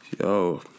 yo